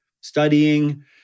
studying